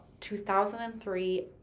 2003